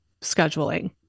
scheduling